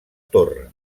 torre